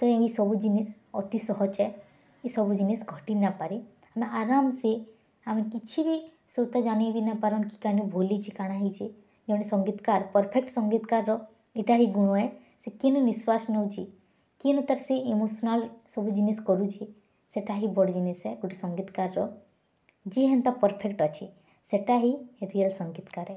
ତ ଏଇ ସବୁ ଜିନିଷ୍ ଅତି ସହଜେ ଏ ସବୁ ଜିନିଷ୍ ଘଟି ନାଇପାରି ଆର୍ ଆରମ୍ ସେ ଆମେ କିଛି ବି ଶ୍ରୋତା ଜାନି ନାଇପାରୁନ୍ କେ କାନା ଭୁଲିଛି କାଣା ହେଇଚି ଜଣେ ସଙ୍ଗୀତକାର୍ ପର୍ଫେକ୍ଟ୍ ସଙ୍ଗୀତକାର୍ ର ଏଟା ହିଁ ଗୁଣ ଏ ସେ କିନ୍ ନିଶ୍ୱାସ୍ ନଉଚି କିନ୍ ତାର୍ ସେ ଇମୋସନାଲ୍ ସବୁ ଜିନିଷ୍ କରୁଛି ସେଟା ହିଁ ବଡ଼୍ ଜିନିଷ୍ ଏ ଗୁଟେ ସଙ୍ଗୀତକାର୍ର ଯେ ହେନ୍ତା ପର୍ଫେକ୍ଟ୍ ଅଛି ସେଟା ହିଁ ରିଏଲ୍ ସଙ୍ଗୀତକାର୍ ଏ